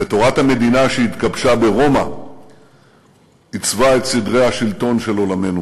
ותורת המדינה שהתגבשה ברומא עיצבה את סדרי השלטון של עולמנו.